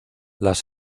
las